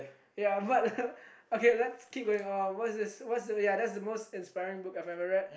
ya but okay let's keep going what's this what's the ya that's the most inspiring book I've ever read